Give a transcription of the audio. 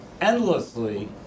endlessly